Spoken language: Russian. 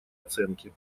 оценки